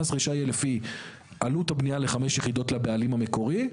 מס רכישה יהיה לפי עלות הבנייה לחמש יחידות לבעלים המקורי,